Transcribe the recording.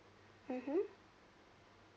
mmhmm